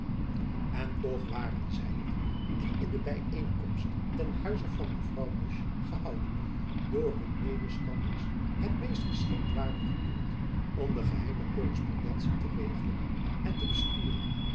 en toch waren zy het die in de byeenkomst ten huize van mevrouw musch gehouden door hun medestanders het meest geschikt waren gekeurd om de geheime korrespondentie te regelen en te besturen